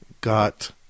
got